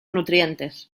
nutrientes